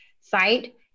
site